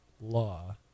law